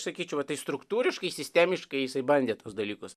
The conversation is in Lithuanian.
sakyčiau va tai struktūriškai sistemiškai jisai bandė tuos dalykus